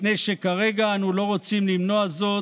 מפני שכרגע אנו לא רוצים למנוע זאת,